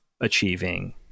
achieving